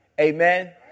Amen